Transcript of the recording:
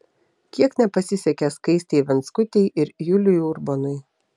kiek nepasisekė skaistei venckutei ir juliui urbonui